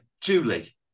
julie